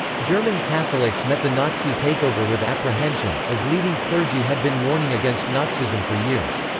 german catholics met the nazi takeover with apprehension, as leading clergy had been warning against nazism for years.